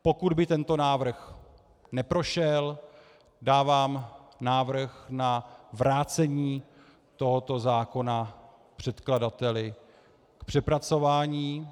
Pokud by tento návrh neprošel, dávám návrh na vrácení tohoto zákona předkladateli k přepracování.